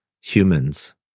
humans